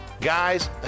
Guys